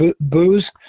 booze